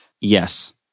Yes